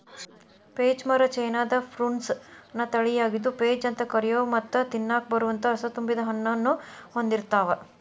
peach ಮರ ಚೇನಾದ Prunus ನ ತಳಿಯಾಗಿದ್ದು, ಪೇಚ್ ಅಂತ ಕರಿಯೋ ಮತ್ತ ತಿನ್ನಾಕ ಬರುವಂತ ರಸತುಂಬಿದ ಹಣ್ಣನ್ನು ಹೊಂದಿರ್ತಾವ